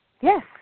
Yes